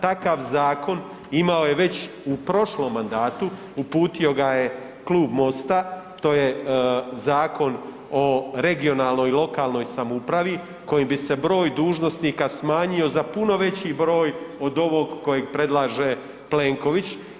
Takav zakon imao je već u prošlom mandatu, uputio ga je Klub MOST-a, to je Zakon o regionalnoj i lokalnoj samoupravi kojim bi se broj dužnosnika smanjio za puno veći broj od ovog kojeg predlaže Plenković.